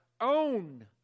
own